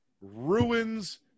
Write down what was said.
ruins